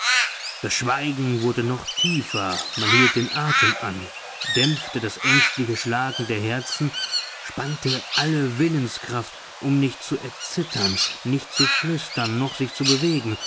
das schweigen wurde noch tiefer man hielt den atem an dämpfte das ängstliche schlagen der herzen spannte alle willenskraft um nicht zu erzittern nicht zu flüstern noch sich zu bewegen